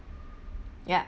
ya